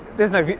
there's no.